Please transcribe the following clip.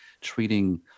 treating